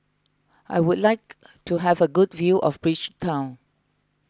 I would like to have a good view of Bridgetown